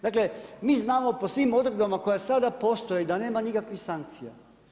Dakle, mi znamo po svim odredbama koje sada postoje da nema nikakvih sankcija.